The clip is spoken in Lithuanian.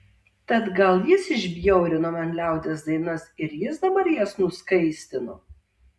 tad gal jis išbjaurino man liaudies dainas ir jis dabar jas nuskaistino